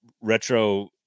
retro